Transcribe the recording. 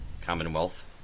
Commonwealth